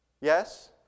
Yes